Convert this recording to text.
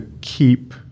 keep